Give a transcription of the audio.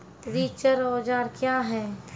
रिचर औजार क्या हैं?